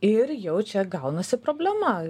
ir jau čia gaunasi problema